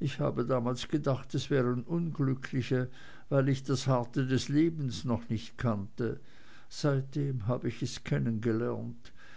ich habe damals gedacht es wären unglückliche weil ich das harte des lebens noch nicht kannte seitdem habe ich es